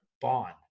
bond